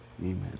Amen